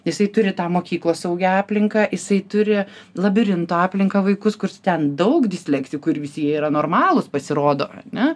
jisai turi tą mokyklos saugią aplinką jisai turi labirinto aplinką vaikus kur ten daug dislektikų ir visi jie yra normalūs pasirodo ne